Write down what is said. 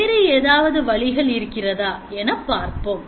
வேறு ஏதாவது வழிகள் இருக்கிறதா என பார்ப்போம்